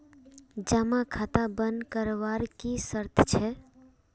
जमा खाता बन करवार की शर्त छे?